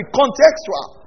contextual